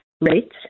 rates